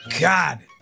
God